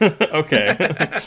Okay